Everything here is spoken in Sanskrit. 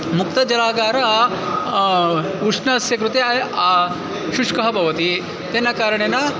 मुक्तजलागारः उष्णस्य कृते शुष्कः भवति तेन कारणेन